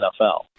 NFL